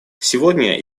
сегодня